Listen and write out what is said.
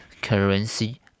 currency